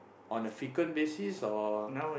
on a frequent basis or